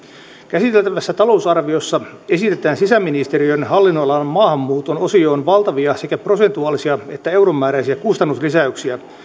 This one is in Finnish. käsiteltävässä talousarviossa esitetään sisäministeriön hallinnonalan maahanmuuton osioon valtavia sekä prosentuaalisia että euromääräisiä kustannuslisäyksiä